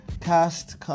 cast